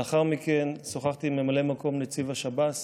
לאחר מכן שוחחתי עם ממלא מקום נציב השב"ס